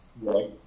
Right